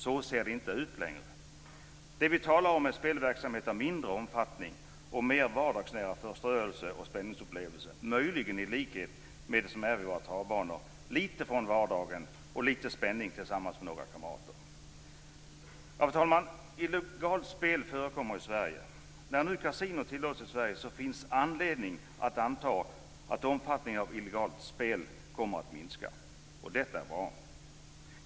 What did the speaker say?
Så ser det inte ut längre. Det vi talar om är spelverksamhet av mindre omfattning, mer vardagsnära förströelse och spänningsupplevelse, möjligen i likhet med hur det är vid våra travbanor; att komma ifrån vardagen lite och få lite spänning tillsammans med några kamrater. Fru talman! Illegalt spel förekommer i Sverige. När nu kasinon tillåts finns det anledning att anta att omfattningen av illegalt spel kommer att minska. Detta är bra.